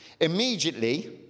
Immediately